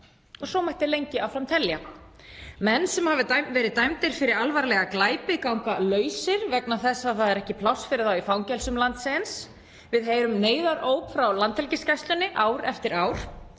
og svo mætti lengi áfram telja. Menn sem hafa verið dæmdir fyrir alvarlega glæpi ganga lausir vegna þess að það er ekki pláss fyrir þá í fangelsum landsins. Við heyrum neyðaróp frá Landhelgisgæslunni ár eftir ár